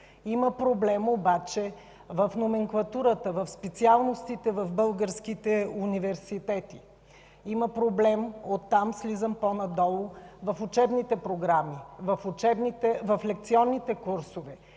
Има проблем обаче и в номенклатурата на специалностите в българските университети. Има проблем – от там слизам по-надолу – в учебните програми, в лекционните курсове.